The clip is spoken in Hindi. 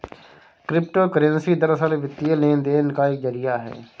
क्रिप्टो करेंसी दरअसल, वित्तीय लेन देन का एक जरिया है